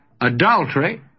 adultery